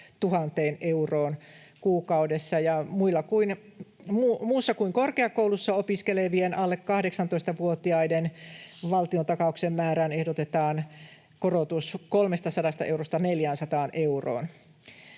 1 000 euroon kuukaudessa. Muussa kuin korkeakouluissa opiskelevien alle 18-vuotiaiden valtiontakauksen määrään ehdotetaan korotusta 300 eurosta 400 euroon.